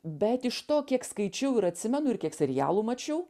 bet iš to kiek skaičiau ir atsimenu ir kiek serialų mačiau